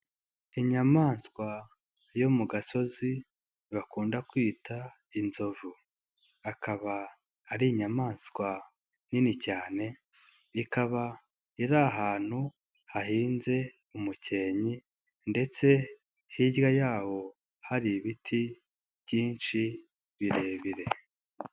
Inyamaswa yo mu gasozi bakunda kwita inzovu akaba ari inyamaswa nini cyane, ikaba iri ahantu hahinze umukenke ndetse hirya yawo hari ibiti byinshi birebire.